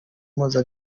mpuza